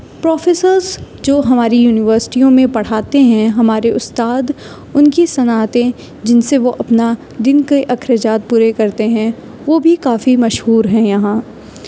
professors جو ہماری یونیورسٹیوں میں پڑھاتے ہیں ہمارے استاد ان کی صنعتیں جن سے وہ اپنا دن کے اخراجات پورے کرتے ہیں وہ بھی کافی مشہور ہیں یہاں